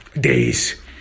days